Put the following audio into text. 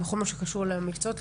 בכלל, בכל מה שקשור למקצועות.